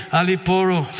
Aliporo